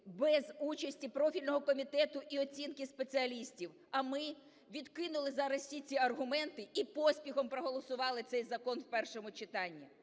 без участі профільного комітету і оцінки спеціалістів, а ми відкинули зараз всі ці аргументи і поспіхом проголосували цей закон у першому читанні.